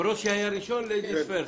ברושי היה ראשון אבל ליידיס פירסט.